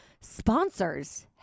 Sponsors